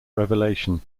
revelation